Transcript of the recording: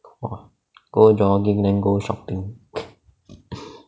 !wah! go jogging then go shopping